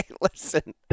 listen